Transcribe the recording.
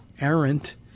errant